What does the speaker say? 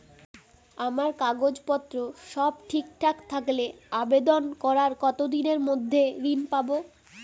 আমার কাগজ পত্র সব ঠিকঠাক থাকলে আবেদন করার কতদিনের মধ্যে ঋণ পাব?